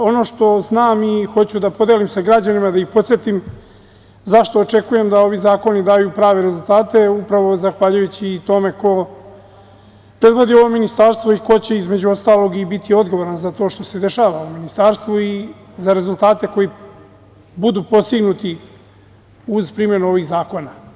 Ono što znam i što hoću da podelim sa građanima, da ih podsetim zašto očekujem da ovi zakoni daju prave rezultate, upravo zahvaljujući tome ko predvodi ovo ministarstvo i ko će između ostalog biti odgovoran za to što se dešava u ministarstvu i za rezultate koji budu postignuti, uz primenu ovih zakona.